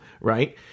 right